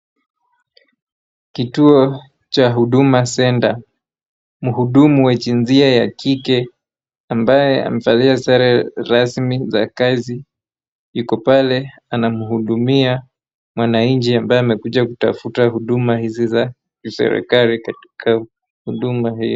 Kituo cha Huduma Center mhudumu wa jinsia ya kike ambaye amevalia sare rasmi za kazi yuko pale anamhudumia mwananchi ambaye amekuja kutafuta huduma hizi za kiserikali katika huduma hii.